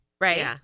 right